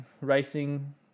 racing